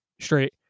straight